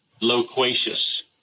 loquacious